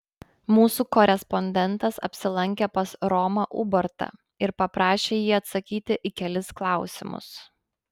mūsų korespondentas apsilankė pas romą ubartą ir paprašė jį atsakyti į kelis klausimus